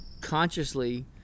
consciously